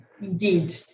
indeed